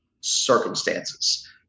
circumstances